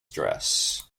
dress